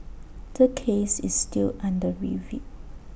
the case is still under review